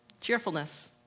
cheerfulness